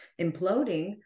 imploding